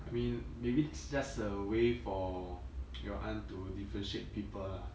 I mean maybe it's just a way for your aunt to differentiate people lah